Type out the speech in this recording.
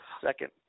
Second